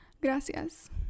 gracias